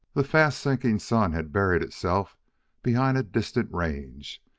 the fast sinking sun had buried itself behind a distant range,